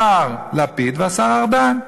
השר לפיד והשר ארדן.